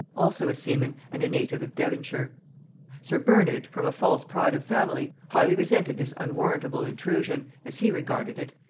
also a seaman and a native of devonshire sir bernard, from a false pride of family, highly resented this unwarrantable intrusion, as he regarded it,